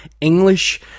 English